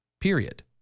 Period